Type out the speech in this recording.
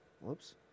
Whoops